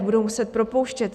Budou muset propouštět.